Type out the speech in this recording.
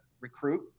recruit